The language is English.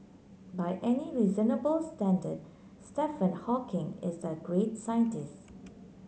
by any reasonable standard Stephen Hawking is a great scientist